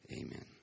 Amen